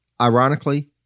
Ironically